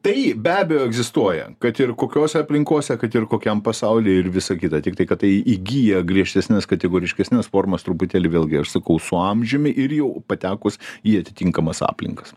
taip be abejo egzistuoja kad ir kokiose aplinkose kad ir kokiam pasauly ir visa kita tiktai kad tai įgyja griežtesnes kategoriškesnes formas truputėlį vėlgi aš sakau su amžiumi ir jau patekus į atitinkamas aplinkas